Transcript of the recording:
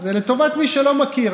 זה לטובת מי שלא מכיר.